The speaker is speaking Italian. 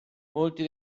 molti